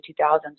2000s